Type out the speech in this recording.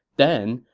then,